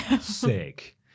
Sick